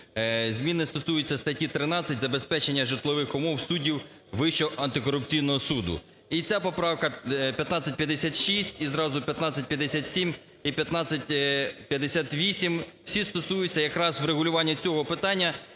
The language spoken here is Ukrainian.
Зміни стосуються статті 13 "Забезпечення житлових умов суддів Вищого антикорупційного суду". І ця поправка 1556 і зразу 1557, і 1558 – всі стосуються якраз врегулювання цього питання.